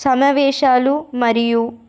సమవేశాలు మరియు